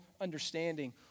understanding